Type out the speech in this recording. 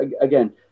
Again